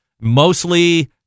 mostly